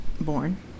born